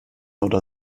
oder